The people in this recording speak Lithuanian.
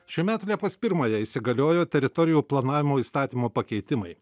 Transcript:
šių metų liepos pirmąją įsigaliojo teritorijų planavimo įstatymo pakeitimai